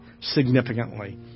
significantly